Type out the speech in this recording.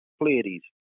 Pleiades